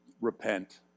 repent